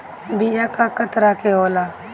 बीया कव तरह क होला?